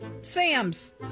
Sam's